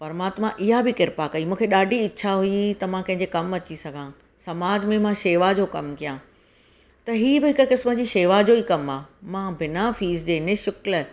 परमात्मा इहा बि किरपा कई मूंखे ॾाढी इच्छा हुई त मां कंहिं जे कमु अची सघां समाज में मां शेवा जो कमु कयां त ई बि हिकु क़िस्म जी शेवा जो ई कमु आहे मां बिना फ़ीस जे निशुल्क